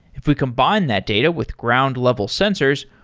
if we combine that data with ground level sensors,